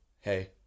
Hey